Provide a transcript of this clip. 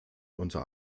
unter